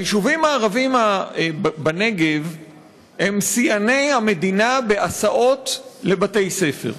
היישובים הערביים בנגב הם שיאני המדינה בהסעות לבתי-ספר.